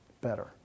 better